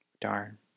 Darn